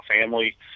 family